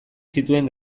zituen